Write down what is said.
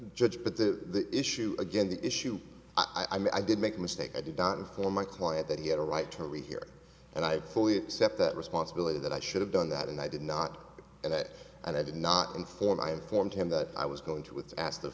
judge but the issue again the issue i did make a mistake i did not inform my client that he had a right turn here and i fully accept that responsibility that i should have done that and i did not and that i did not inform i informed him that i was going to with ask the